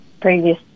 previous